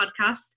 podcast